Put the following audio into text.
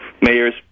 Mayor's